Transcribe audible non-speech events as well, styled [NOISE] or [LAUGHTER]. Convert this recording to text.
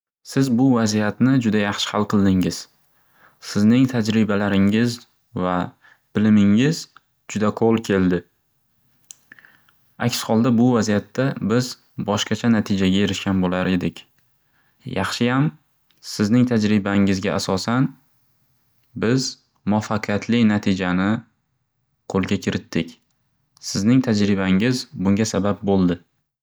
Siz bu vaziyatni juda yaxshi hal qildingiz. Sizning tajribalaringiz va bilimingiz juda qo'l keldi. [NOISE] Aks holda bu vaziyatda biz boshqacha natijaga erishgan bo'lar edik. Yaxshiyam, sizning tajribangizga asosan biz muvaffaqiyatli natijani qo'lga kiritdik. Sizning tajribangiz bunda sabab bo'ldi. [NOISE]